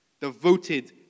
devoted